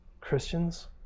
Christians